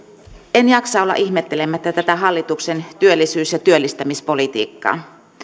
en jaksa olla ihmettelemättä tätä hallituksen työllisyys ja työllistämispolitiikkaa